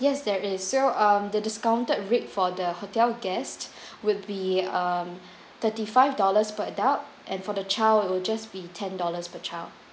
yes there is so um the discounted rate for the hotel guest will be err thirty-five dollars per adult and for the child it'll just be ten dollars per child